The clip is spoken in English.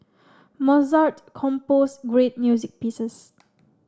Mozart composed great music pieces